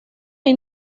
hay